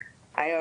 כן,